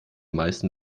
meisten